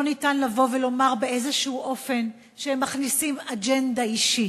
לא ניתן לבוא ולומר באיזשהו אופן שהם מכניסים אג'נדה אישית,